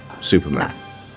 Superman